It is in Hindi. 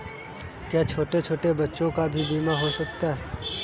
क्या छोटे छोटे बच्चों का भी बीमा हो सकता है?